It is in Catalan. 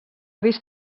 vist